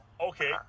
Okay